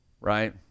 right